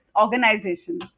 organization